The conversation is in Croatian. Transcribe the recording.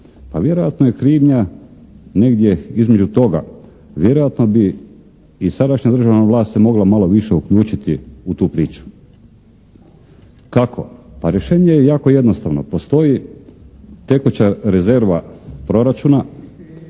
Pa vjerojatno je krivnja negdje između toga, vjerojatno bi i sadašnja državna vlast se mogla malo više uključiti u tu priču. Kako? Pa rješenje je jako jednostavno. Postoji tekuća rezerva proračuna